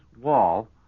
wall